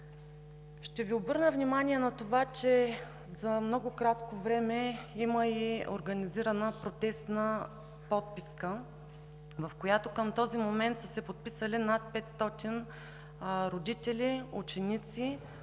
Ще Ви обърна внимание на това, че за много кратко време има и организирана протестна подписка, в която към този момент са се подписали над 500 родители, ученици,